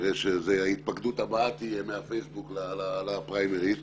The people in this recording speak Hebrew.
כנראה שההתפקדות הבאה תהיה מהפייסבוק לפריימריס.